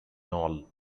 knoll